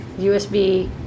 USB